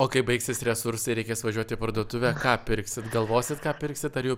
o kai baigsis resursai reikės važiuoti į parduotuvę ką pirksit galvosit ką pirksit ar jau